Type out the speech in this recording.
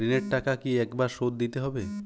ঋণের টাকা কি একবার শোধ দিতে হবে?